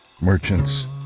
merchants